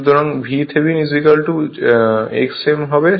সুতরাং VThevenin x m হবে